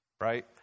right